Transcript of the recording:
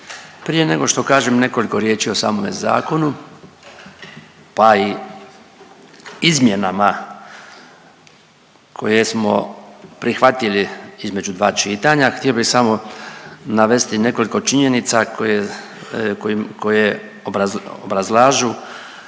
Prije nego što kažem nekoliko riječi o samome zakonu pa i izmjenama koje smo prihvatili između dva čitanja htio bi samo navesti nekoliko činjenica koje, koje obrazlažu